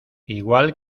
igual